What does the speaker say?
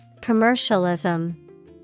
Commercialism